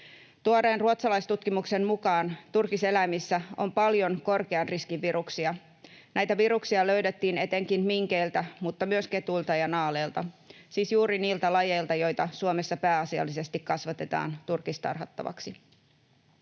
Tuoreen ruotsalaistutkimuksen mukaan turkiseläimissä on paljon korkean riskin viruksia. Näitä viruksia löydettiin etenkin minkeiltä, mutta myös ketuilta ja naaleilta, siis juuri niiltä lajeilta, joita Suomessa pääasiallisesti kasvatetaan turkistarhattavaksi.